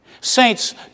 Saints